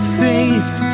faith